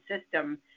system